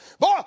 Boy